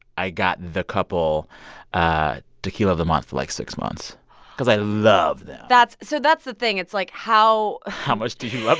i got the couple a tequila of the month for, like, six months because i love them that's so that's the thing. it's like, how. how much do you love